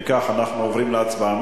אם כך, אנחנו עוברים להצבעה.